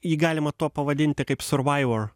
jį galima tuo pavadinti kaip survaivor